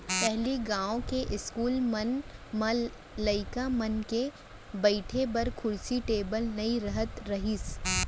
पहिली गॉंव के इस्कूल मन म लइका मन के बइठे बर कुरसी टेबिल नइ रहत रहिस